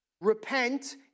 Repent